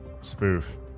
spoof